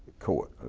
court.